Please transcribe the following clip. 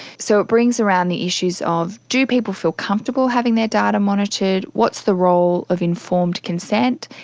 so it brings around the issues of do people feel comfortable having their data monitored, what's the role of informed consent?